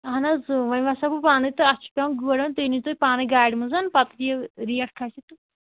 اہن حظ وۄنۍ وَسہٕ ہَہ بہٕ پانَے تہٕ اَتھ چھِ پٮ۪وان گٲڑۍ اَنٕنۍ تُہۍ أنِو تُہۍ پانَے گاڑِ منٛزَ پَتہٕ یہِ ریٹ کھَسہِ تہٕ